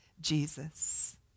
Jesus